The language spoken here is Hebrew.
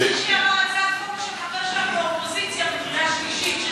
ביום שלישי עברה הצעת חוק של חבר שלך באופוזיציה בקריאה שלישית.